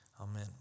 Amen